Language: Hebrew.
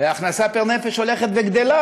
וההכנסה פר-נפש הולכת וגדלה,